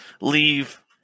leave